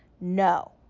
No